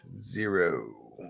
zero